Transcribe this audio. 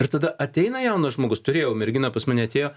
ir tada ateina jaunas žmogus turėjau merginą pas mane atėjo